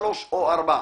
שלוש או ארבע.